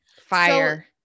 Fire